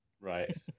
right